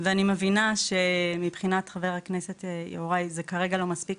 ואני מבינה שמבחינת חבר הכנסת יוראי להב הרצנו זה כרגע לא מספיק,